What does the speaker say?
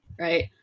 right